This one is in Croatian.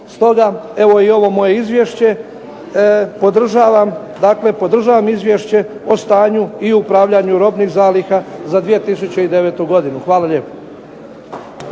Stoga evo i ovo moje izvješće, dakle podržavam Izvješće o stanju i upravljanju robnih zaliha za 2009. godinu. Hvala lijepo.